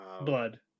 Blood